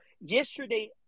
Yesterday